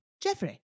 Jeffrey